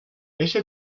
ese